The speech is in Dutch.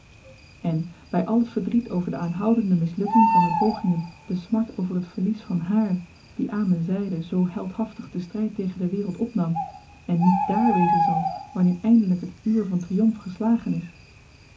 en by al t verdriet over de aanhoudende mislukking van m'n pogingen de smart over t verlies van hààr die aan m'n zyde zoo heldhaftig den stryd tegen de wereld opnam en niet dààr wezen zal wanneer eindelyk het uur van triumf geslagen is